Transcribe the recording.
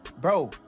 Bro